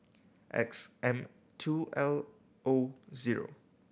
X M two L O zero